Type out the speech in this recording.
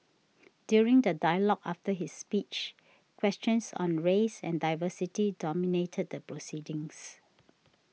during the dialogue after his speech questions on race and diversity dominated the proceedings